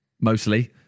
mostly